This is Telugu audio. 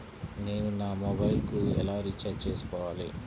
నేను నా మొబైల్కు ఎలా రీఛార్జ్ చేసుకోవాలి?